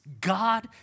God